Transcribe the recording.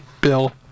Bill